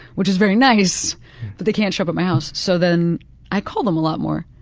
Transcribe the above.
which is very nice, but they can't show up at my house. so then i call them a lot more,